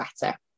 better